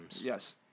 Yes